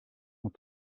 ont